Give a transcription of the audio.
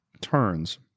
turns